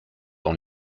dans